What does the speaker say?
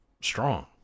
strong